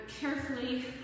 carefully